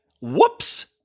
whoops